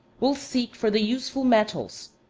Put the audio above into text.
will seek for the useful metals,